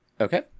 Okay